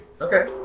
Okay